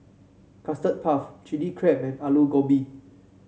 Custard Puff Chilli Crab and Aloo Gobi